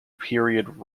period